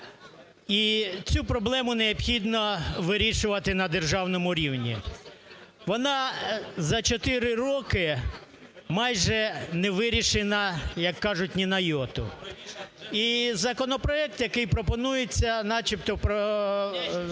І цю проблему необхідно вирішувати на державному рівні. Вона за 4 роки майже не вирішена, як кажуть, ні на йоту. І законопроект, який пропонується, начебто